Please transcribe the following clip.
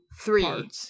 three